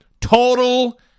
total